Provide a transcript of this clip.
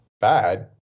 bad